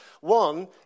One